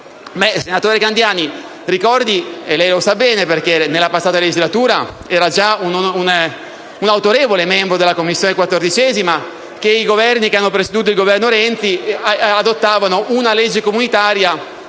Senatore Candiani lei sa bene, perché nella passata legislatura era già un autorevole membro della Commissione 14a, che i Governi che hanno preceduto il Governo Renzi adottavano una legge comunitaria